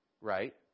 right